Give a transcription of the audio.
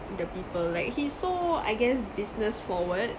the people like he's so I guess business forward